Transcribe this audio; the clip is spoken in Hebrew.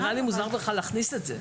נראה לי מוזר בכלל להכניס את זה.